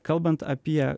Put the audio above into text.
kalbant apie